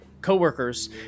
co-workers